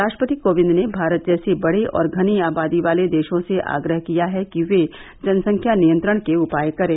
राष्ट्रपति कोविंद ने भारत जैसे बड़े और घनी आबादी वाले देशों से आग्रह किया कि वे जनसंख्या नियंत्रण के उपाय करें